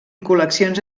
col·leccions